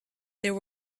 there